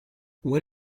what